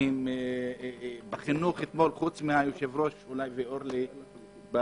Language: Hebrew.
בחינוך אתמול, חוץ מהיושב-ראש ואורלי.